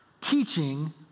teaching